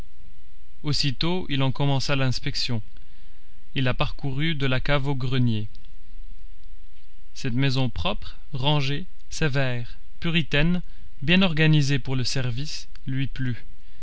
aussitôt il en commença l'inspection il la parcourut de la cave au grenier cette maison propre rangée sévère puritaine bien organisée pour le service lui plut